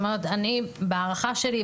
אני בהערכה שלי,